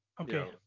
Okay